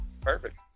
Perfect